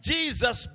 Jesus